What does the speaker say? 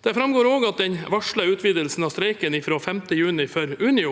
Det framgår også at den varslede utvidelsen av streiken fra 5. juni for Unio